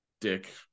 dick